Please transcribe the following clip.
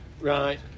Right